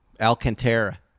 Alcantara